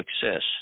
success